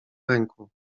ręku